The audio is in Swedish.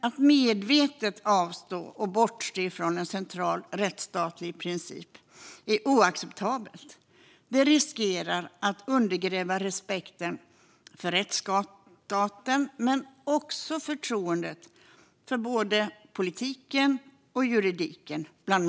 Att medvetet bortse från en central rättsstatlig princip är dock oacceptabelt och riskerar att undergräva respekten för rättsstaten men också medborgarnas förtroende för både politiken och juridiken.